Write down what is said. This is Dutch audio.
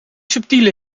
subtiele